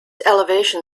elevation